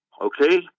okay